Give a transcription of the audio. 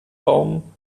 baum